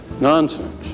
Nonsense